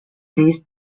these